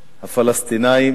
באמצעותך.